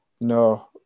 no